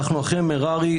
אנחנו אחרי דוח מררי,